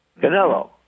Canelo